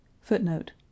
Footnote